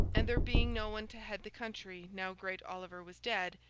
and there being no one to head the country now great oliver was dead,